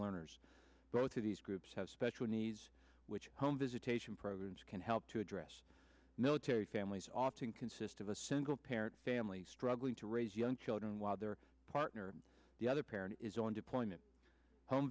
learners both of these groups have special needs which home visitation programs can help to address military families often consist of a single parent family struggling to raise young children while their partner the other parent is on deployment home